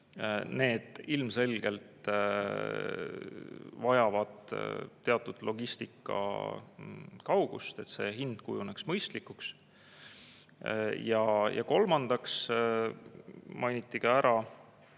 ilmselgelt vajab teatud logistikakaugust, et hind kujuneks mõistlikuks. Ja kolmandaks mainiti ära